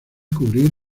cubrir